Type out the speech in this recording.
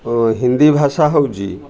ଓ ହିନ୍ଦୀ ଭାଷା ହେଉଛି